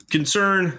Concern